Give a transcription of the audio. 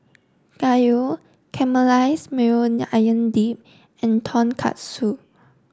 Gyros Caramelize Maui Onion Dip and Tonkatsu